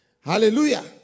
Hallelujah